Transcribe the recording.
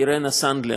אירנה סנדלר,